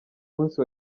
munsi